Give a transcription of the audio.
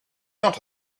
not